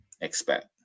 expect